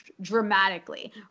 dramatically